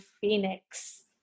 Phoenix